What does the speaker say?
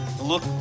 look